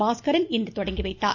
பாஸ்கரன் இன்று தொடங்கி வைத்தார்